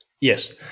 Yes